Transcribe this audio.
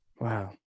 wow